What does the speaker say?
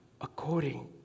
according